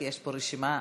כי יש פה רשימה ארוכה.